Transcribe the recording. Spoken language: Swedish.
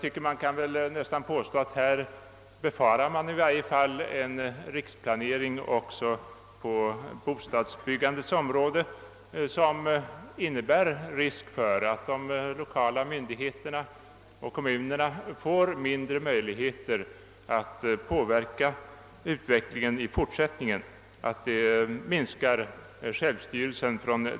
Här kan man befara en riksplanering också på bostadsbyggandets område, som innebär risk för att de lokala myndigheterna och kommunerna får mindre möjligheter att påverka utvecklingen i fortsättningen och som minskar deras självstyrelse.